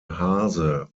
haase